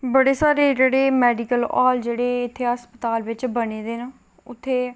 होर बड़े सारे मेडिकल हॉल जेह्ड़े इत्थै हस्पताल बिच बने दे न उत्थै